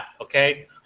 okay